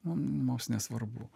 mum mums nesvarbu